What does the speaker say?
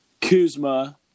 Kuzma